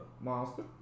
Monster